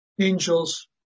Angels